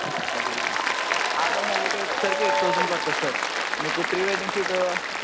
maybe album ఒకటే వచ్చేసరికి eight thousand పడుతుంది సార్ మీకు ప్రీ వెడ్డింగ్ షూటు